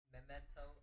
Memento